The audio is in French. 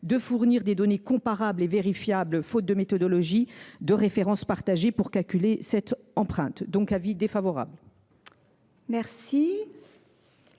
de fournir des données comparables et vérifiables, faute de méthodologie et de références partagées pour calculer leur empreinte. Je mets aux voix